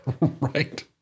right